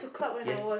yes